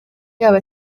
yaba